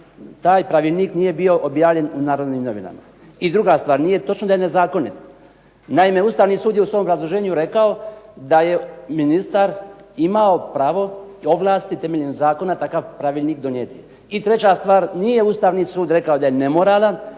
taj pravilnik nije bio objavljen u "Narodnim novinama". I druga stvar, nije točno da je nezakonit. Naime, Ustavni sud je u svom obrazloženju rekao da je ministar imao pravo ovlasti temeljem zakona takav pravilnik donijeti. I treća stvar, nije Ustavni sud rekao da je nemoralan